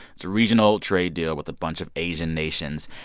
it's a regional trade deal with a bunch of asian nations.